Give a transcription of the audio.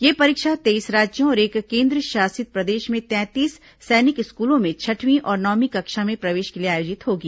यह परीक्षा तेईस राज्यों और एक केन्द्रशासित प्रदेश में तैंतीस सैनिक स्कूलों में छठवीं और नवमीं कक्षा में प्रवेश के लिए आयोजित होगी